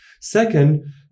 Second